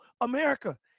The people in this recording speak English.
America